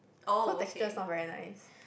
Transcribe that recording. so texture is not very nice